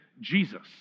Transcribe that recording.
Jesus